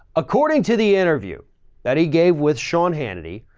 according to the interview that he gave with sean hannity,